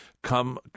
Come